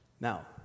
Now